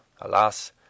alas